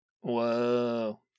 Whoa